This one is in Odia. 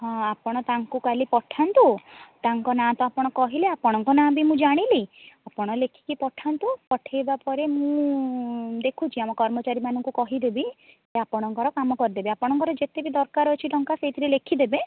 ହଁ ଆପଣ ତାଙ୍କୁ କାଲି ପଠାନ୍ତୁ ତାଙ୍କ ନାଁ ତ ଆପଣ କହିଲେ ଆପଣଙ୍କ ନାଁ ବି ମୁଁ ଜାଣିଲି ଆପଣ ଲେଖିକି ପଠାନ୍ତୁ ପଠାଇବା ପରେ ମୁଁ ଦେଖୁଛି ଆମ କର୍ମଚାରୀମାନଙ୍କୁ କହିଦେବି ସେ ଆପଣଙ୍କର କାମ କରିଦେବେ ଆପଣଙ୍କର ଯେତେ ଦରକାର ଅଛି ଟଙ୍କା ସେଇଥିରେ ଲେଖିଦେବେ